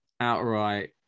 outright